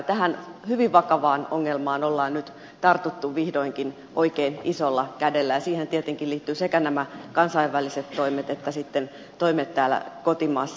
tähän hyvin vakavaan ongelmaan ollaan nyt tartuttu vihdoinkin oikein isolla kädellä ja siihen tietenkin liittyvät sekä nämä kansainväliset toimet että sitten toimet täällä kotimaassa